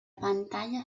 pantalla